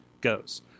goes